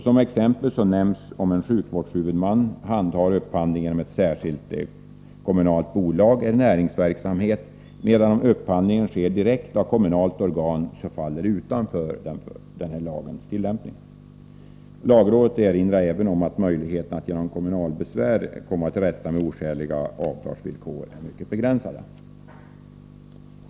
Som exempel nämns att om en sjukvårdshuvudman handhar upphandlingen genom ett särskilt kommunalt bolag är det näringsverksamhet medan upphandlingen, om den sker direkt av kommunalt organ, faller utanför den föreslagna lagens tillämpning. Lagrådet erinrar även om att möjligheterna att genom kommunalbesvär komma till rätta med oskäliga avtalsvillkor är mycket begränsade.